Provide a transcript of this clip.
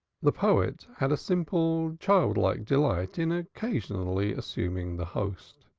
the poet had a simple child-like delight in occasionally assuming the host.